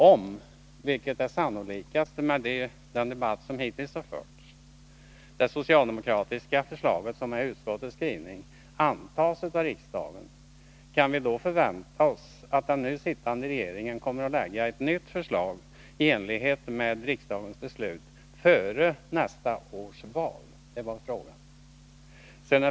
Om — vilket är det sannolikaste enligt den debatt som hittills förts — det socialdemokratiska förslaget, som är utskottets skrivning, antas av riksdagen, kan vi då förvänta oss att den nu sittande regeringen kommer att framlägga ett nytt förslag i enlighet med riksdagens beslut före nästa års val?